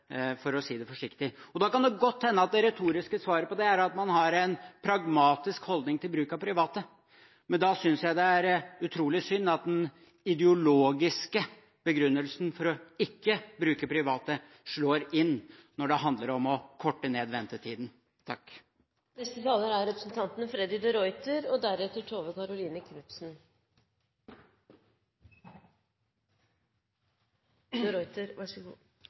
for å si det forsiktig. Da kan det godt hende at det retoriske svaret på det er at man har en pragmatisk holdning til bruk av private, men da synes jeg det er utrolig synd at den ideologiske begrunnelsen for ikke å bruke private, slår inn når det handler om å korte